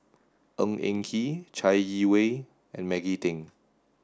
Ng Eng Kee Chai Yee Wei and Maggie Teng